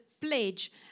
pledge